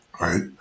right